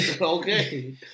Okay